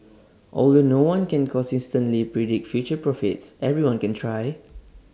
although no one can consistently predict future profits everyone can try